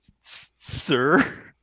sir